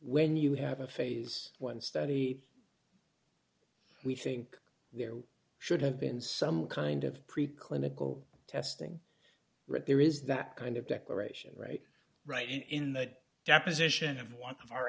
when you have a phase one study we think there should have been some kind of preclinical testing right there is that kind of declaration right right and in that deposition of one of our